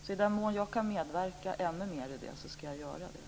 I den mån jag kan medverka ännu mer ska jag göra det.